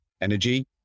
energy